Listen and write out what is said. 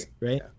right